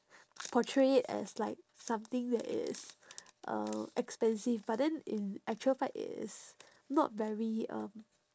portray it as like something that is uh expensive but then in actual fact it is not very um